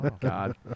God